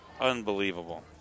unbelievable